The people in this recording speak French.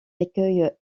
accueille